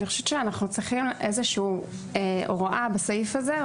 אני חושבת שאנחנו צריכים איזושהי הוראה בסעיף הזה.